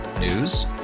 News